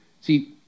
See